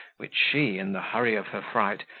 which she in the hurry of her fright,